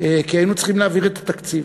כי היינו צריכים להעביר את התקציב.